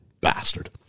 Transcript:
Bastard